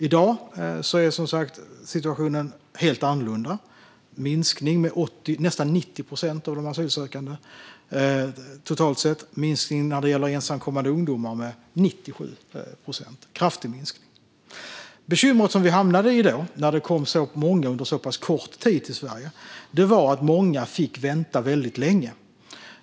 I dag är situationen helt annorlunda. Det är en minskning med nästan 90 procent för asylsökande totalt sett och en minskning av ensamkommande ungdomar med 97 procent. Det är en kraftig minskning. Bekymret vi hamnade i när det kom så många under så pass kort tid till Sverige var att många fick vänta väldigt länge.